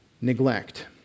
neglect